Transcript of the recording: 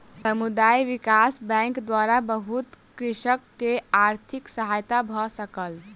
समुदाय विकास बैंकक द्वारा बहुत कृषक के आर्थिक सहायता भ सकल